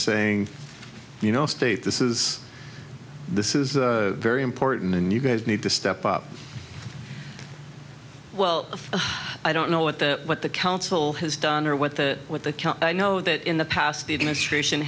saying you know state this is this is very important and you guys need to step up well i don't know what the what the council has done or what the what the i know that in the past the administration